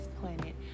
planet